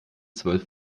zwölf